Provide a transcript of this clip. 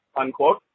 unquote